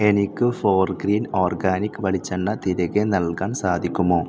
എനിക്ക് Forgreen organic വെളിച്ചെണ്ണ തിരികെ നൽകാൻ സാധിക്കുമോ